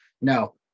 No